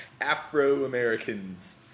Afro-Americans